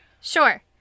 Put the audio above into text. Sure